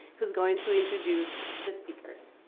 who's going to introduce the speakers.